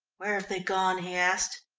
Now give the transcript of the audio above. where have they gone? he asked.